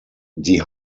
die